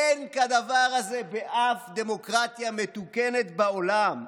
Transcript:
אין כדבר הזה באף דמוקרטיה מתוקנת בעולם,